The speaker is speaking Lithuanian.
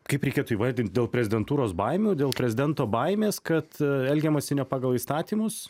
kaip reikėtų įvardint dėl prezidentūros baimių dėl prezidento baimės kad elgiamasi ne pagal įstatymus